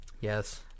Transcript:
Yes